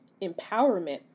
empowerment